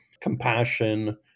compassion